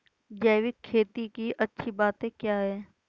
जैविक खेती की अच्छी बातें क्या हैं?